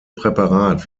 präparat